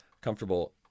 comfortable